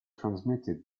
transmitted